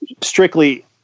strictly